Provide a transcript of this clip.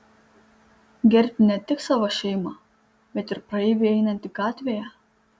gerbti ne tik savo šeimą bet ir praeivį einantį gatvėje